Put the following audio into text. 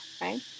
right